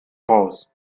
raus